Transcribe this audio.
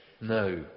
No